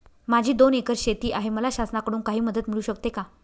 माझी दोन एकर शेती आहे, मला शासनाकडून काही मदत मिळू शकते का?